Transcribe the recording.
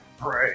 Pray